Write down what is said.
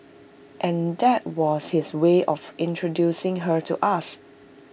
and that was his way of introducing her to us